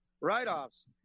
write-offs